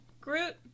Groot